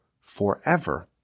forever